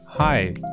Hi